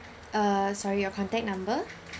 uh sorry your contact number